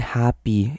happy